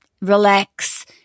relax